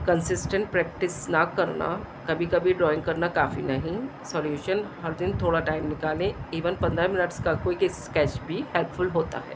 consistent practice نہ کرنا کبھی کبھی ڈرائنگ کرنا کافی نہیں سولیوشن ہر دن تھوڑا ٹائم نکالیں ایون پندرہ منٹس کا کوئی کے اسکیچ بھی ہیلپفل ہوتا ہے